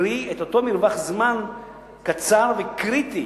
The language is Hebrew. קרי את אותו מרווח זמן קצר וקריטי